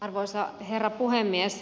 arvoisa herra puhemies